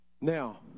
Now